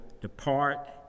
depart